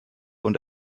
und